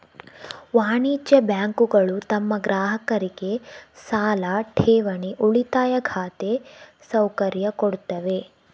ವಾಣಿಜ್ಯ ಬ್ಯಾಂಕುಗಳು ತಮ್ಮ ಗ್ರಾಹಕರಿಗೆ ಸಾಲ, ಠೇವಣಿ, ಉಳಿತಾಯ ಖಾತೆ ಸೌಕರ್ಯ ಕೊಡ್ತವೆ